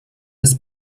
des